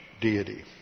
deity